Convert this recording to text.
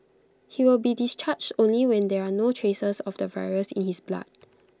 he will be discharged only when there are no traces of the virus in his blood